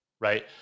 right